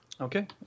Okay